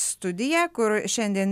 studiją kur šiandien